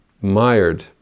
mired